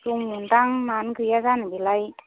दङ'दां मानो गैया जानो बेलाय